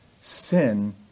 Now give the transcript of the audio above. Sin